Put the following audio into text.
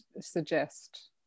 suggest